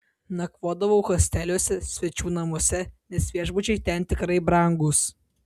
nakvodavau hosteliuose svečių namuose nes viešbučiai ten tikrai brangūs